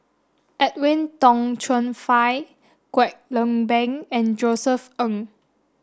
Edwin Tong Chun Fai Kwek Leng Beng and Josef Ng